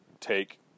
take